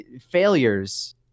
Failures